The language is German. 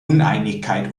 uneinigkeit